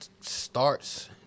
starts